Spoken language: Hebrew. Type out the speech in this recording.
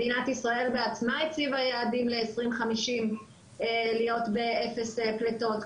מדינת ישראל בעצמה הציבה יעדים ל-2050 להיות ב-0 פליטות.